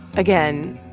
again,